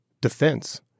defense